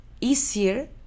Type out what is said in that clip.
easier